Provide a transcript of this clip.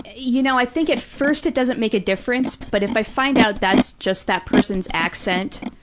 you know, i think at first it doesn't make a difference, but if i find out that's just that person's accent,